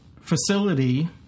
facility